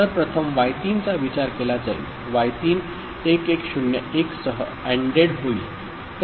तर प्रथम y3 चा विचार केला जाईल y 3 1101 सह Anded होईल